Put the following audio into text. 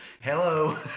Hello